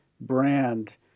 brand